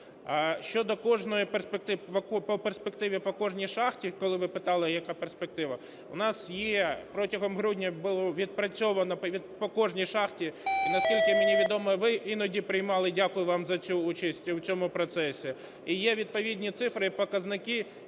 По перспективі по кожній шахті, коли ви питали, яка перспектива. У нас є, протягом грудня було відпрацьовано по кожній шахті. І наскільки мені відомо, ви іноді приймали, дякую вам за цю участь, в цьому процесі. І є відповідні цифри і показники,